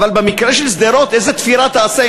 אבל במקרה של שדרות איזו תפירה תעשה,